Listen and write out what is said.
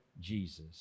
Jesus